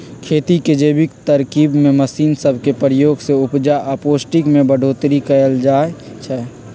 खेती के जैविक तरकिब में मशीन सब के प्रयोग से उपजा आऽ पौष्टिक में बढ़ोतरी कएल जाइ छइ